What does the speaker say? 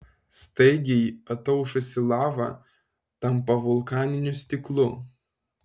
staigiai ataušusi lava tampa vulkaniniu stiklu